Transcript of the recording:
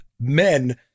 men